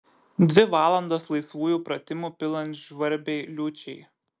dvi valandos laisvųjų pratimų pilant žvarbiai liūčiai